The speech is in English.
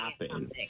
happen